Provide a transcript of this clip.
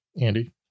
Andy